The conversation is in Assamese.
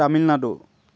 তামিলনাডু